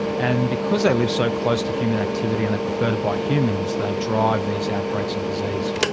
and because they live so close to human activity and they prefer to bite humans, they drive these outbreaks of disease.